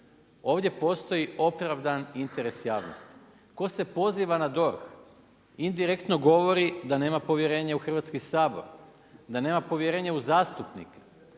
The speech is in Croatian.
Ovdje postoji opravdan interes javnosti. Tko se poziva na DORH indirektno govori da nema povjerenja u Hrvatski sabor, da nema povjerenje u zastupnike,